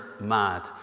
mad